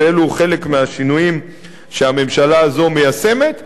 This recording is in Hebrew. ואלו חלק מהשינויים שהממשלה הזו מיישמת.